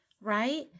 right